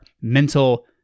mental